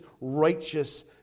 righteous